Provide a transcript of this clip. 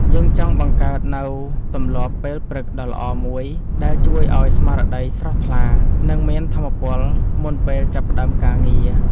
យើងចង់បង្កើតនូវទម្លាប់ពេលព្រឹកដ៏ល្អមួយដែលជួយឱ្យស្មារតីស្រស់ថ្លា និងមានថាមពលមុនពេលចាប់ផ្ដើមការងារ។